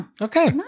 Okay